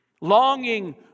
Longing